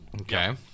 okay